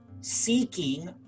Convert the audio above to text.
seeking